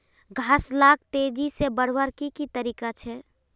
घास लाक तेजी से बढ़वार की की तरीका छे?